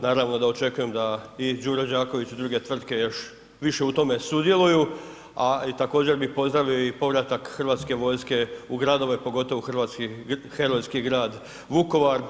Naravno da očekujem da i Đure Đaković i druge tvrtke još više u tome sudjeluju, a i također bi pozdravio i povratak Hrvatske vojske u gradove pogotovo u hrvatski herojski grad Vukovar.